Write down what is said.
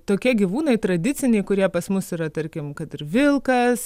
tokie gyvūnai tradiciniai kurie pas mus yra tarkim kad ir vilkas